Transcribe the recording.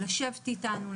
לשבת איתנו,